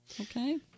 Okay